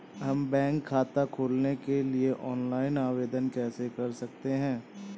हम बैंक खाता खोलने के लिए ऑनलाइन आवेदन कैसे कर सकते हैं?